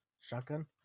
shotgun